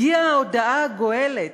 הגיעה ההודעה הגואלת,